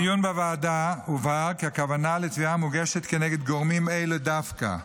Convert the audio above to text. בדיון בוועדה הובהר כי הכוונה לתביעה המוגשת כנגד גורמים אלה דווקא,